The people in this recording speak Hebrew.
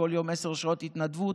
כל יום עשר שעות התנדבות,